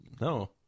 No